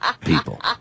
people